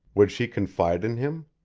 would she confide in him?